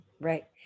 Right